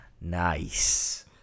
Nice